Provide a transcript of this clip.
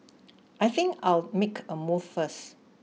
I think I'll make a move first